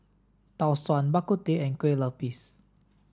Tau Suan Bak Kut Teh and Kueh Lupis